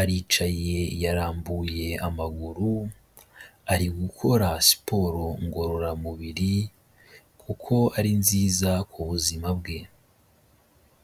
aricaye yarambuye amaguru, ari gukora siporo ngororamubiri kuko ari nziza ku buzima bwe.